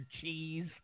cheese